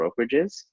brokerages